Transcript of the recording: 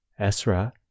Esra